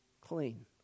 Clean